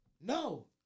No